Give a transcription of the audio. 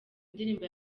ndirimbo